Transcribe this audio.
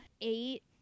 eight